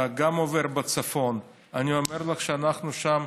שעובר גם בצפון, אני אומר לך שאנחנו לא